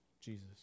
Jesus